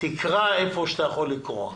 תקרע היכן שאתה יכול לגרוע.